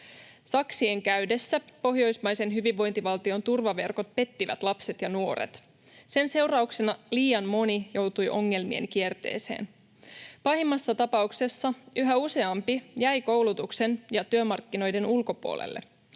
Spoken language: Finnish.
Saksien käydessä pohjoismaisen hyvinvointivaltion turvaverkot pettivät lapset ja nuoret. Sen seurauksena liian moni joutui ongelmien kierteeseen. Pahimmassa tapauksessa yhä useampi jäi koulutuksen ja työmarkkinoiden ulkopuolelle.